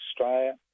Australia